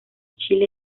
chile